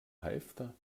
halfter